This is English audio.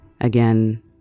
again